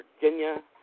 Virginia